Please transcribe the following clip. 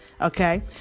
Okay